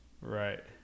right